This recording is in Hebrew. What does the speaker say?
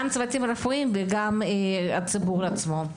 גם בקרב הצוותים הרפואיים וגם בקרב הציבור עצמו.